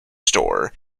store